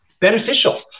beneficial